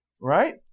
right